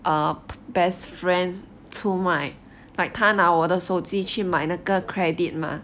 best friend 出卖 like 他拿我的手机去买那个 credit mah